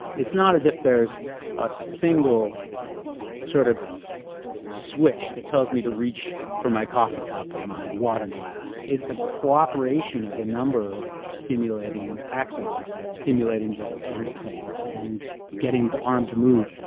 it's not as if there's a single sort of switch that tells me to reach for my coffee cup or my water glass. it's the cooperation of a number of stimulating axons, stimulating the the end plate and getting the arm to move,